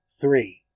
Three